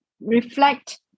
reflect